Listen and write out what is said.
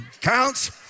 Counts